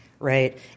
Right